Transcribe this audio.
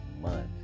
month